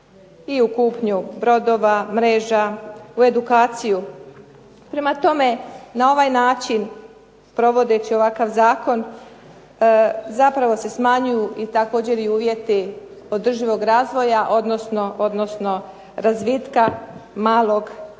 i u kupnju brodova, mreža, u edukaciju. Prema tome, na ovaj način, provodeći ovakav zakon zapravo se smanjuju i također i uvjeti održivog razvoja, odnosno razvitka malog